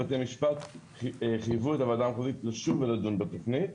ובתי המשפט חייבו את הוועדה המחוזית לשוב ולדון בתוכנית,